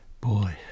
Boy